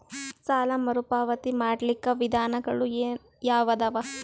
ಸಾಲ ಮರುಪಾವತಿ ಮಾಡ್ಲಿಕ್ಕ ವಿಧಾನಗಳು ಯಾವದವಾ?